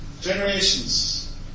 Generations